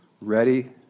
Ready